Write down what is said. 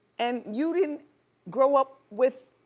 and you didn't grow up with